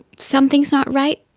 something is not right,